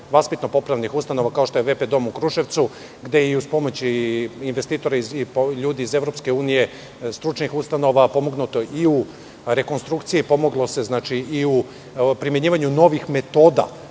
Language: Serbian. vaspitno-popravnih ustanova, kao što je VP dom u Kruševcu, gde je uz pomoć investitora, ljudi iz Evropske unije, stručnih ustanova, pomognuto i u rekonstrukciji, pomoglo se i u primenjivanju novih metoda